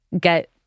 get